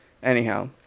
Anyhow